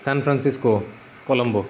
চান ফ্ৰান্সিচক' কলম্বো